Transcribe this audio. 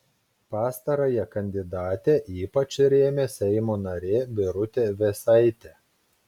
pastarąją kandidatę ypač rėmė seimo narė birutė vėsaitė